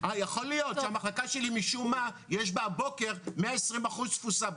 יכול להיות שהמחלקה שלי משום מה יש בה הבוקר 120% תפוסה,